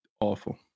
awful